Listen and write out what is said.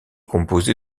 composé